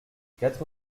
quatre